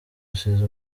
usize